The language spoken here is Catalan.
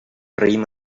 raïm